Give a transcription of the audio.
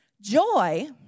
Joy